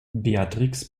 beatrix